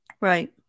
Right